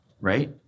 right